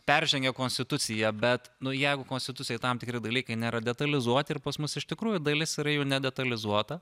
peržengia konstituciją bet nu jeigu konstitucijoj tam tikri dalykai nėra detalizuoti ir pas mus iš tikrųjų dalis yra jų nedetalizuota